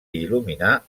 il·luminar